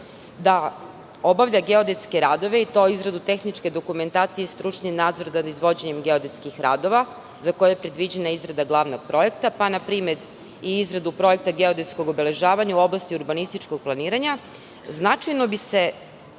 da obavlja geodetske radove i to izradu tehničke dokumentacije i stručni nadzor nad izvođenjem geodetskih radova za koje je predviđena izrada glavnog projekta pa, na primer, i izradu projekta geodetskog obeležavanja u oblasti urbanističkog planiranja, značajno bi se